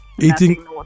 Eating